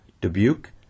Dubuque